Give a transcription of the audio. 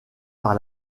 par